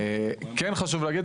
כן חשוב להגיד,